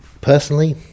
Personally